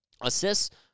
Assists